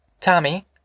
Tommy